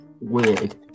Weird